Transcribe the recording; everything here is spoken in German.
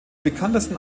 bekanntesten